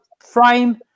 frame